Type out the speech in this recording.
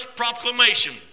proclamation